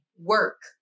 work